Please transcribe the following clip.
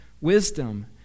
wisdom